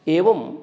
एवं